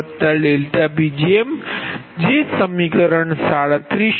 તેથી PLossPLossPg20∆Pg2Pg30∆Pg3Pgm0∆Pgm જે સમીકરણ 37 છે